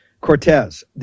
Cortez